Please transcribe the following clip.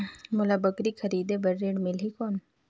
मोला बकरी खरीदे बार ऋण मिलही कौन?